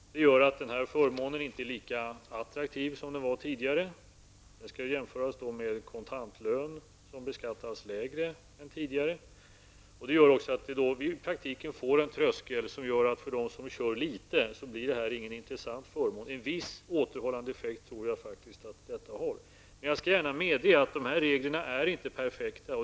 Det gör att förmånen inte är lika attraktiv som den var tidigare. Detta skall jämföras med kontantlön, som beskattas lägre än tidigare. Det gör att vi i praktiken får en tröskel som gör att för dem som kör litet blir det här inte en intressant förmån. En viss återhållande effekt tror jag att detta har. Jag skall gärna medge att dessa regler inte är perfekta.